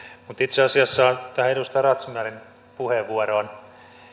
mutta itse asiassa tähän edustaja razmyarin puheenvuoroon